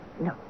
No